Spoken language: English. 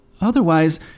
Otherwise